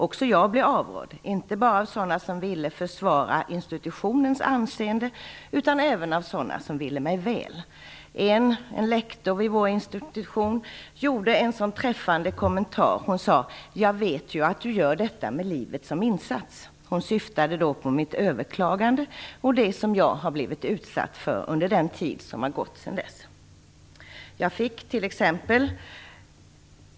Också jag blev avrådd, inte bara av sådana som ville försvara institutionens anseende utan även av sådana som ville mig väl. En, en lektor vid vår institution, gjorde en sådan träffande kommentar. Hon sade: Jag vet ju att du gör detta med livet som insats. Hon syftade då på mitt överklagande och det som jag blivit utsatt för under den tid som har gått sedan dess.